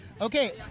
Okay